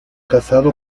casado